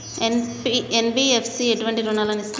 NBFC ఎటువంటి రుణాలను ఇస్తుంది?